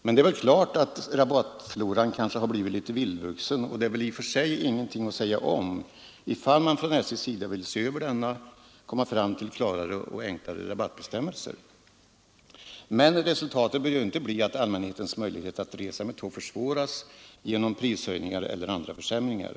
Men rabattfloran har kanske blivit litet vildvuxen, och i och för sig är det väl ingenting att säga om att man från SJ:s sida vill se över denna flora och komma fram till klarare och enklare rabattbestämmelser. Men resultatet bör ju inte bli att allmänhetens möjligheter att resa med tåg försvåras på grund av prishöjningar eller andra försämringar.